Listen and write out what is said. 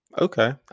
okay